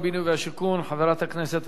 חברת הכנסת מרינה סולודקין,